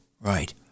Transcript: Right